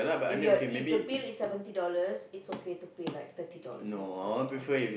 if your if the bill is seventy dollars it's okay to pay like thirty dollars not forty dollars